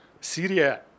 Syria